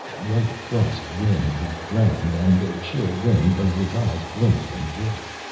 white frost rimed the ground and the chill wind made his eyes blink and water.